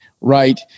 Right